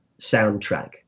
soundtrack